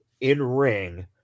in-ring